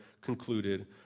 concluded